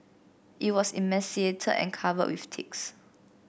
it was emaciated and covered with ticks